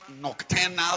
nocturnal